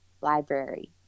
library